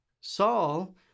Saul